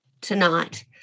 tonight